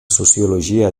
sociologia